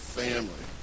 family